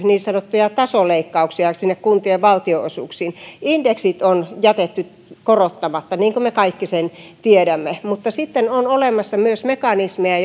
niin sanottuja tasoleikkauksia sinne kuntien valtionosuuksiin indeksit on jätetty korottamatta niin kuin me kaikki tiedämme mutta sitten on olemassa myös mekanismeja